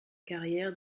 carrière